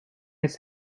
its